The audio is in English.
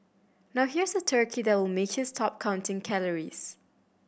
now here's a turkey that will make you stop counting calories